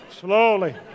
slowly